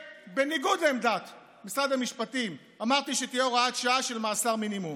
ובניגוד לעמדת משרד המשפטים אמרתי שתהיה הוראת שעה של מאסר מינימום.